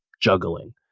juggling